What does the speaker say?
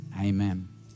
Amen